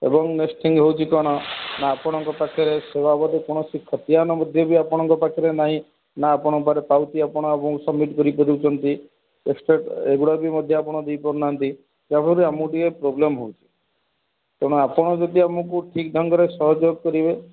ଏବଂ next thing ହେଉଛି କ'ଣ ନା ଆପଣଙ୍କ ପାଖରେ ସେ ବାବଦରେ କୌଣସି ଖତୀୟାନ ବି ମଧ୍ୟ ଆପଣଙ୍କ ପାଖରେ ନାହିଁ ନା ଆପଣଙ୍କ ପାଖରେ ପାଉଟି ଆପଣ ଆମକୁ ସମିଟ୍ କରିପାରୁଛନ୍ତି ଏକ୍ସଟ୍ରା ଏଗୁଡ଼ା ମଧ୍ୟ ଆପଣ ଦେଇପାରୁ ନାହାନ୍ତି ଯାହାଫଳରେ ଆମକୁ ଟିକେ ପ୍ରୋବ୍ଲେମ୍ ହେଉଛି ତେଣୁ ଆପଣ ଯଦି ଆମକୁ ଠିକ୍ ଢଙ୍ଗରେ ସହଯୋଗ କରିବେ